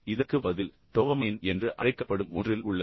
இதற்கு பதில் டோபமைன் என்று அழைக்கப்படும் ஒன்றில் உள்ளது